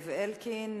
זאב אלקין.